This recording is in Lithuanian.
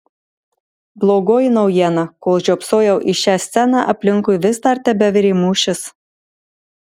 blogoji naujiena kol žiopsojau į šią sceną aplinkui vis dar tebevirė mūšis